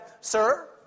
sir